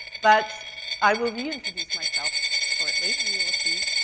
but i will reintroduce myself shortly, and you will see,